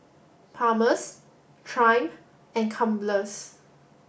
Palmer's Triumph and Crumpler